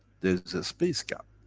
there is a space gap.